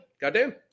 Goddamn